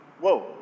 Whoa